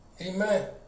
Amen